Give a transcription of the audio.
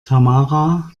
tamara